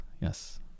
Yes